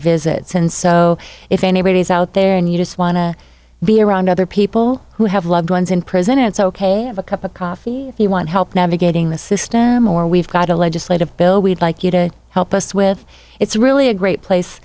visits and so if anybody's out there and you just want to be around other people who have loved ones in prison it's ok have a cup of coffee if you want help navigating the system or we've got a legislative bill we'd like you to help us with it's really a great place